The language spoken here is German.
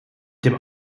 dem